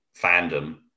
fandom